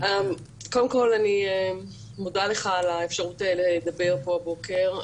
קודם כל, אני מודה לך על האפשרות לדבר פה הבוקר.